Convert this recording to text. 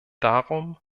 darum